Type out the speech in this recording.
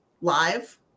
live